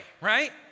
right